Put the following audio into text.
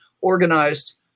organized